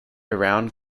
around